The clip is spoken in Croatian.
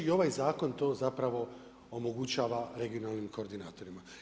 I ovaj zakon to zapravo omogućava regionalnim koordinatorima.